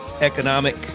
economic